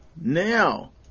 Now